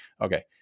okay